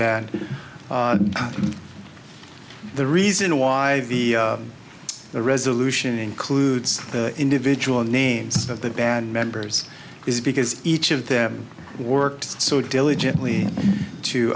that the reason why the resolution includes the individual names of the band members is because each of them worked so diligently to